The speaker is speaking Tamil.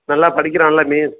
நல்லா படிக்கிறான்ல மிஸ்